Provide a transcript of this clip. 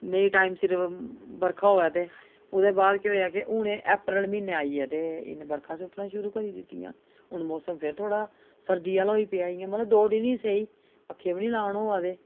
नेईं टाइम सिर बरखा होऐ ते ओह्दे बाद केह् होएआ कि हून ऐप्रेल म्हीने आइयै ते इस बरखां सु'ट्टना शुरु करी दित्तियां हून मौसम फ्ही थोह्ड़ा सर्दी आह्ला होई पेआ इ'यां मतलब दो दिन गै सेही पक्खे बी निं लान होआ दे